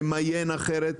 למיין אחרת?